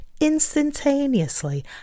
instantaneously